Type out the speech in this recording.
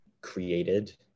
created